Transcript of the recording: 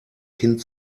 kind